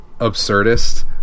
absurdist